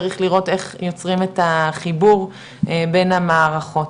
צריך לראות איך יוצרים את החיבור בין המערכות,